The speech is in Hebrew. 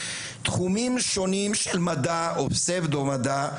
תחומים שונים של מדע או פסבדו מדע,